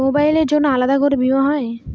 মোবাইলের জন্য আলাদা করে বীমা হয়?